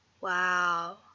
Wow